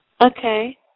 Okay